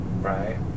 right